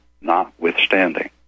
notwithstanding